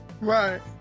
right